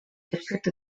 district